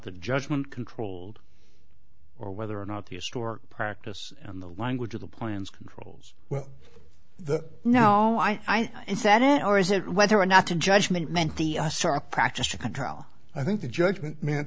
the judgement controlled or whether or not the stork practice on the language of the plans controls well the no i said it or is it whether or not to judgement meant the sar practise to control i think the judgement mean